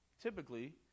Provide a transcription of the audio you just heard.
typically